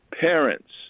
parents